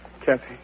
Kathy